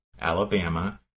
Alabama